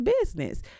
business